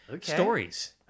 stories